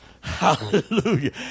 Hallelujah